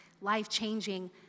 life-changing